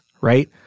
right